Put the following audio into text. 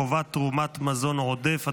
חובת תרומת מזון עודף),